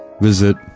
visit